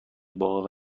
باغ